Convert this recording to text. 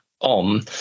on